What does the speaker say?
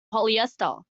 polyester